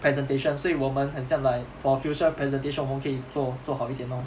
presentation 所以我们很像 like for future presentation 我们可以做做好一点 lor